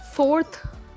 fourth